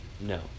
no